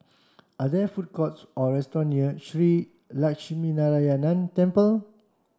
are there food courts or restaurant near Shree Lakshminarayanan Temple